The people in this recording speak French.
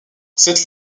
cette